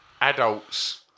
adults